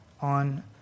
on